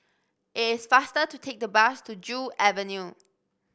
it's faster to take the bus to Joo Avenue